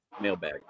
Mailbag